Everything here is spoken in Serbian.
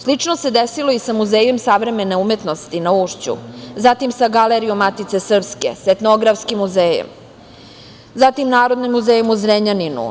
Slično se desilo i sa Muzejom savremene umetnosti na Ušću, zatim sa Galerijom Matice srpske, Etnografskim muzejom, zatim Narodnim muzejom u Zrenjaninu.